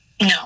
No